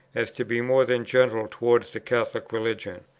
as to be more than gentle towards the catholic religion,